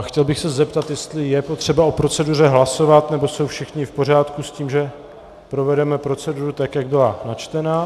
Chtěl bych se zeptat, jestli je potřeba o proceduře hlasovat, nebo jsou všichni v pořádku s tím, že provedeme proceduru tak, jak byla načtena.